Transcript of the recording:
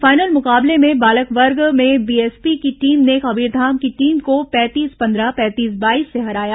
final मुकाबले में बालक वर्ग में बीएसपी की टीम ने कबीरधाम की टीम को पैंतीस पन्द्रह पैंतीस बाईस से हराया